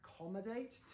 accommodate